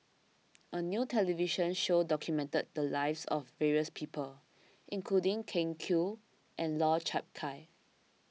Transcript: a new television show documented the lives of various people including Ken Kwek and Lau Chiap Khai